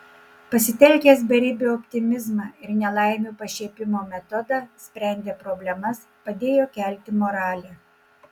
pasitelkęs beribį optimizmą ir nelaimių pašiepimo metodą sprendė problemas padėjo kelti moralę